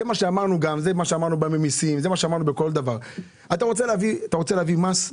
אתה רוצה להביא מס,